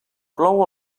plou